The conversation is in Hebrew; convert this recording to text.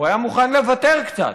הוא היה מוכן לוותר קצת,